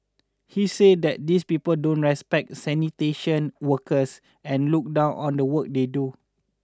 he says that these people don't respect sanitation workers and look down on the work they do